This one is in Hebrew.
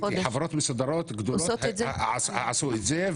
ראיתי חברות מסודרות וגדולות עושות את זה,